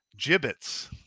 Gibbets